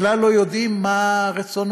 כלל לא יודעים מה רצונו.